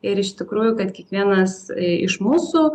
ir iš tikrųjų kad kiekvienas iš mūsų